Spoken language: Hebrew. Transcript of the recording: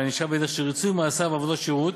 בענישה בדרך של ריצוי מאסר בעבודות שירות,